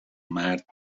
مرد